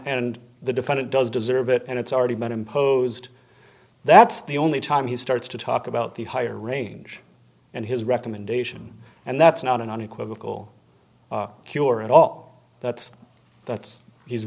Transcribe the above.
and the defendant does deserve it and it's already been imposed that's the only time he starts to talk about the higher range and his recommendation and that's not an unequivocal cure at all that's that's he's